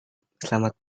selamat